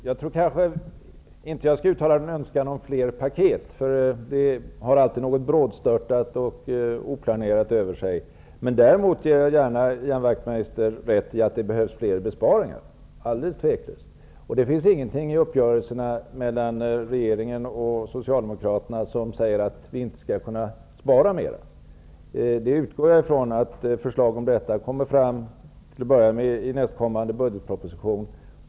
Herr talman! Jag skall inte uttala en önskan om fler paket, därför att de har alltid något brådstörtat och oplanerat över sig. Däremot vill jag gärna ge Ian Wachtmeister rätt i att det behövs flera besparingar. Det finns ingenting i uppgörelserna mellan regeringen och Socialdemokraterna som säger att vi inte skall kunna spara mer. Jag utgår från att förslag om detta kommer i nästa budgetproposition.